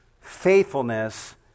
faithfulness